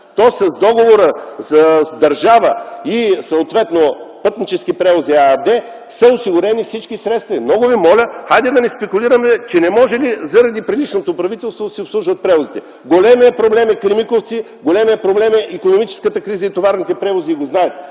с договора между държавата и съответно „Пътнически превози” АД са осигурени всички средства. И много Ви моля, хайде да не спекулираме, че не може заради предишното правителство да се обслужват превозите. Големият проблем е Кремиковци, големият проблем е икономическата криза и товарните превози. Вие го знаете